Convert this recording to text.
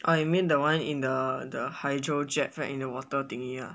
oh you mean the one in the the hydro jet pack in the water thingy ah